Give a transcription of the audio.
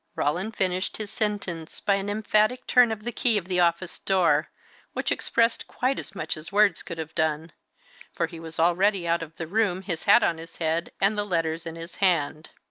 roland finished his sentence by an emphatic turn of the key of the office-door, which expressed quite as much as words could have done for he was already out of the room, his hat on his head, and the letters in his hand.